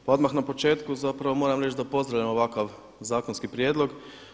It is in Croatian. Pa odmah na početku zapravo moram reći da pozdravljam ovakav zakonski prijedlog.